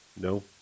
No